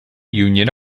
union